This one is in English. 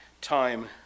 time